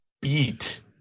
beat